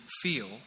feel